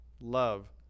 love